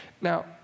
Now